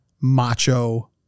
macho